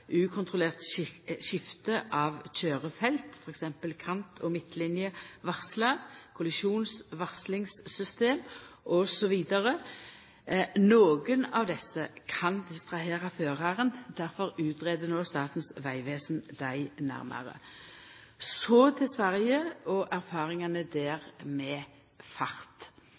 ukontrollert skifte av køyrefelt, t.d. kant- og midtlinjevarslar, kollisjonsvarslingssystem, osv. Nokre av desse kan distrahera føraren. Difor har no Statens vegvesen ei nærmare utgreiing av dette. Så til Sverige og erfaringane der med fart.